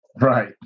Right